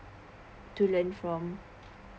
to learn from